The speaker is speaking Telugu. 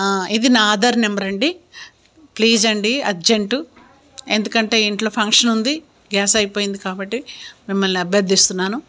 ఇది నా ఆధార్ నెంబర్ అండి ప్లీజ్ అండి అర్జెంటు ఎందుకంటే ఇంట్లో ఫంక్షన్ ఉంది గ్యాస్ అయిపోయింది కాబట్టి మిమ్మల్ని అభ్యర్థిస్తున్నాను